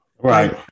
Right